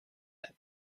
that